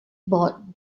bought